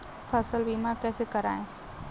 फसल बीमा कैसे कराएँ?